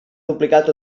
duplicat